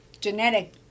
genetic